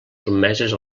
sotmeses